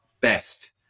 best